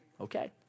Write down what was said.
Okay